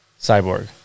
cyborg